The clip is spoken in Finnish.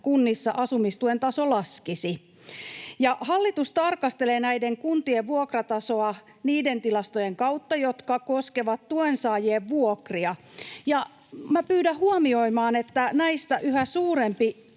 kunnissa asumistuen taso laskisi. Hallitus tarkastelee näiden kuntien vuokratasoa niiden tilastojen kautta, jotka koskevat tuensaajien vuokria. Pyydän huomioimaan, että yhä suurempi